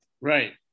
Right